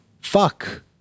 fuck